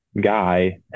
guy